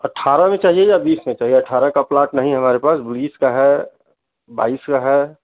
अट्ठारह में चाहिए या बीस में चाहिए अट्ठारह का प्लाट नहीं है हमारे पास बीस का है बाईस का है